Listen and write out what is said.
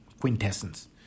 quintessence